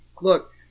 look